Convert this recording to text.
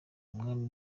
mwami